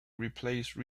replace